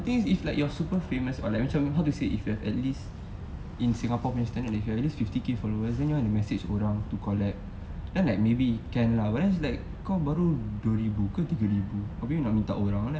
things if like you're super famous or like macam how to say if you have at least in singapore punya standard at least fifty K followers then you wanna message orang to collab~ then like maybe can lah but then it's like kau baru dua ribu ke tiga ribu tapi nak minta orang like